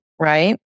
Right